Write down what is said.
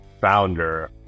founder